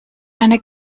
eine